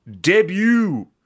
Debut